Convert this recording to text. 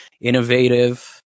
innovative